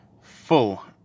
full